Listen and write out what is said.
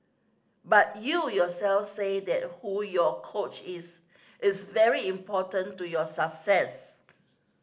but you yourself said that who your coach is is very important to your success